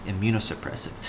immunosuppressive